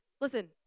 listen